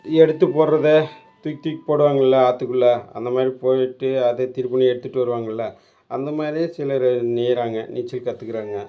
எடுத்து போடுறத தூக்கித் துக்கி போடுவாங்கள்ல ஆற்றுக்குள்ள அந்த மாதிரி போய்ட்டு அது திருப்பி எடுத்துட்டு வருவாங்கள்ல அந்த மாதிரி சிலர் நீயுறாங்க நீச்சல் கத்துக்கிறாங்க